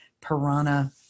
Piranha